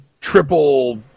triple